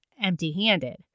empty-handed